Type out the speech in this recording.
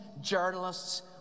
journalists